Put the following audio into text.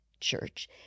church